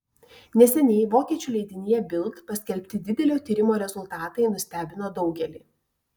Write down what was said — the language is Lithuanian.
neseniai vokiečių leidinyje bild paskelbti didelio tyrimo rezultatai nustebino daugelį